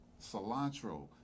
cilantro